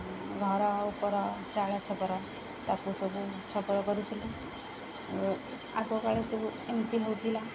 ଘର ଉପର ଚାଳ ଛପର ତାକୁ ସବୁ ଛପର କରୁଥିଲୁ ଆଗକାଳ ସବୁ ଏମିତି ହଉଥିଲା